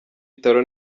bitaro